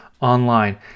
online